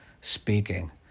speaking